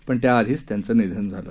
पण त्याआधीच त्यांच्या निधन झालं